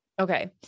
Okay